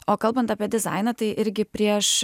o kalbant apie dizainą tai irgi prieš